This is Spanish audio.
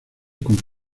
con